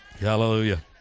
Hallelujah